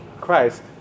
christ